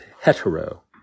hetero